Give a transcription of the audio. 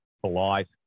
polite